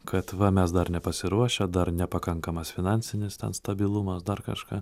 kad va mes dar nepasiruošę dar nepakankamas finansinis stabilumas dar kažką